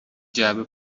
جعبه